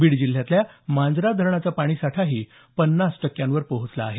बीड जिल्ह्यातल्या मांजरा धरणाचा पाणीसाठा पन्नास टक्क्यावर पोहोचला आहे